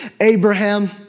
Abraham